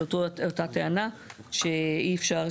על אותה טענה שאי אפשר,